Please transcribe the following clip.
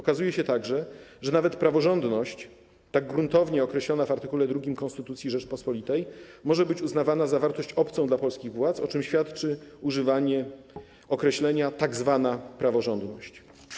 Okazuje się także, że nawet praworządność, tak gruntownie określona w art. 2 Konstytucji Rzeczypospolitej Polskiej, może być uznawana za wartość obcą dla polskich władz, o czym świadczy używanie określenia „tzw. praworządność”